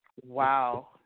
Wow